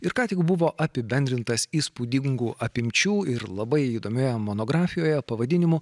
ir ką tik buvo apibendrintas įspūdingų apimčių ir labai įdomioje monografijoje pavadinimu